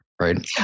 right